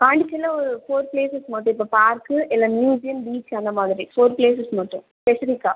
பாண்டிச்சேரியில் ஒரு four places மட்டும் இப்போ பார்க் இல்லை மியூசியம் பீச் அந்த மாதிரி ஃபோர் பிளேசஸ் மட்டும் ஸ்பெசிஃபிக்காக